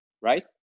right